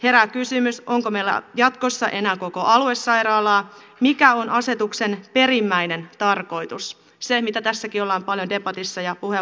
herää kysymys onko meillä jatkossa enää koko aluesairaalaa mikä on asetuksen perimmäinen tarkoitus se mitä tässäkin ollaan paljon debatissa ja puheenvuoroissa jo puhuttu